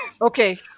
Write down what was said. Okay